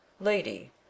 lady